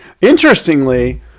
interestingly